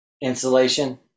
insulation